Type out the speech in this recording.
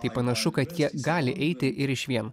tai panašu kad jie gali eiti išvien